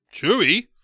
Chewy